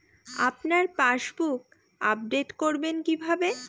আপনার passbook update করবেন কিভাবে?